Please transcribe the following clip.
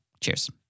Cheers